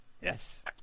yes